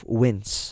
wins